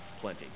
plenty